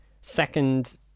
second